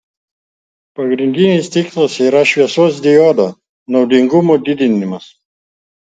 pagrindinis tikslas yra šviesos diodo naudingumo didinimas